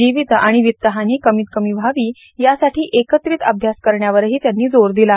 जीवित आणि वित्त हानी कमीत कमी व्हावी यासाठी एकत्रित अभ्यास करण्यावरही त्यांनी जोर दिला